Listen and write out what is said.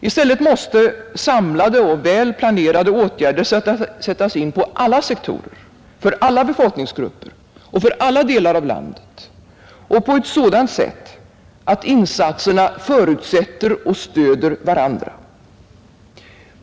I stället måste samlade och väl planerade åtgärder sättas in på alla sektorer, för alla befolkningsgrupper och för alla delar av landet, och på ett sådant sätt att insatserna förutsätter och stöder varandra.